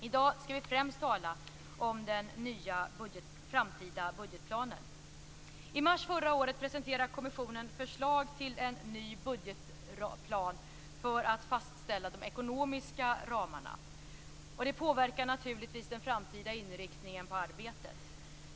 I dag skall vi främst tala om den nya framtida budgetplanen. I mars förra året presenterade kommissionen förslag till en ny budgetplan för att fastställa de ekonomiska ramarna, och det påverkar naturligtvis den framtida inriktningen av arbetet.